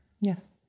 Yes